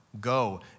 Go